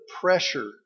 pressure